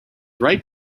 right